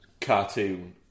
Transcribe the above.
cartoon